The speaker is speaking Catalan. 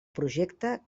projecte